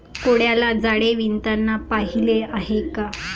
कोळ्याला जाळे विणताना पाहिले आहे का?